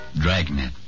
Dragnet